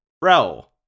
bro